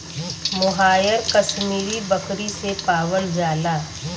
मोहायर कशमीरी बकरी से पावल जाला